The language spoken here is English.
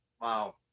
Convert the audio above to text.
wow